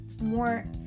more